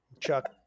Chuck